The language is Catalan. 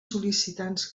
sol·licitants